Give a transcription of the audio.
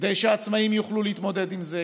כדי שהעצמאים יוכלו להתמודד עם זה,